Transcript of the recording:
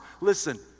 Listen